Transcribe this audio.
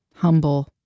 Humble